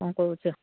କ'ଣ କହୁଚ